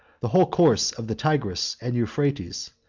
the whole course of the tigris and euphrates,